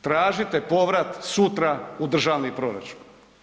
Tražite povrat sutra u državni proračun.